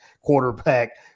quarterback